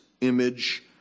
Image